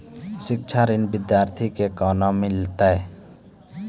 शिक्षा ऋण बिद्यार्थी के कोना मिलै छै?